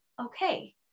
okay